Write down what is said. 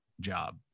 job